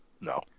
No